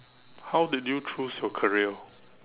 how did you choose your career